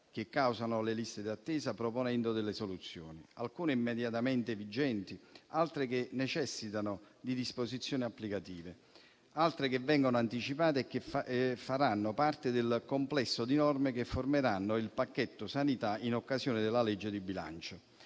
che causano le liste d'attesa, proponendo delle soluzioni, alcune immediatamente vigenti, altre che necessitano di disposizioni applicative, altre che vengono anticipate e che faranno parte del complesso di norme che formeranno il pacchetto sanità in occasione della legge di bilancio.